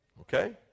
Okay